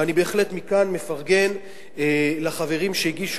ואני בהחלט מכאן מפרגן לחברים שהציעו